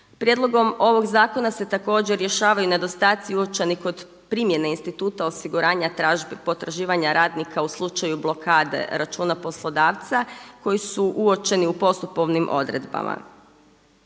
Prijedlogom ovog zakona se također rješavaju i nedostatci uočeni kod primjene instituta osiguranja potraživanja radnika u slučaju blokade računa poslodavca koji su uočeni u postupovnim odredbama.